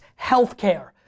healthcare